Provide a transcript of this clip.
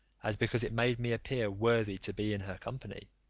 as because it made me appear worthy to be in her company.